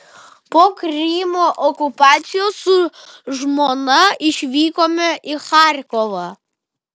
po krymo okupacijos su žmona išvykome į charkovą